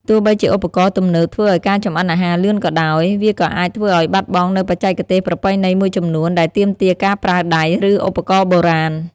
ទោះបីជាឧបករណ៍ទំនើបធ្វើឱ្យការចម្អិនអាហារលឿនក៏ដោយ វាក៏អាចធ្វើឱ្យបាត់បង់នូវបច្ចេកទេសប្រពៃណីមួយចំនួនដែលទាមទារការប្រើដៃ ឬឧបករណ៍បុរាណ។